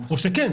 או שכן,